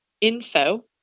info